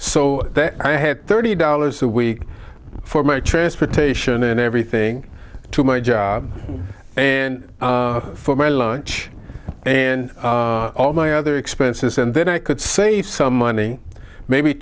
so i had thirty dollars a week for my transportation and everything to my job and for my lunch and all my other expenses and then i could save some money maybe